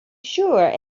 sure